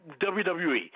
WWE